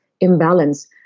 imbalance